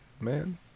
man